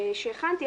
שהכנתי,